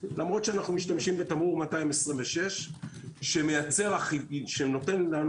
למרות שאנו משתמשים בתמרור 226 שנותן לנו